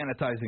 sanitizing